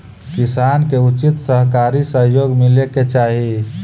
किसान के उचित सहकारी सहयोग मिले के चाहि